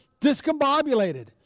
discombobulated